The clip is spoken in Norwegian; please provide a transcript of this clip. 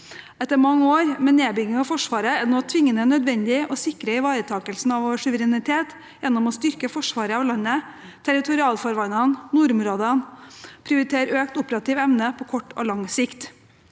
etter mange år med nedbygging av Forsvaret, tvingende nødvendig å sikre ivaretagelsen av vår suverenitet gjennom å styrke forsvaret av landet, territorialfarvannene og nordområdene og prioritere økt operativ evne på kort og lang sikt.